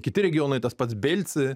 kiti regionai tas pats belci